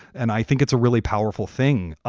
and i think it's a really powerful thing.